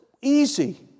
easy